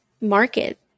market